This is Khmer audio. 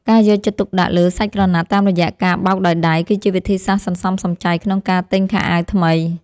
ការយកចិត្តទុកដាក់លើសាច់ក្រណាត់តាមរយៈការបោកដោយដៃ គឺជាវិធីសាស្ត្រសន្សំសំចៃក្នុងការទិញខោអាវថ្មី។